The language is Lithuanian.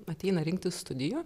ateina rinktis studijų